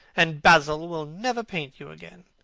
and basil will never paint you again.